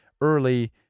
early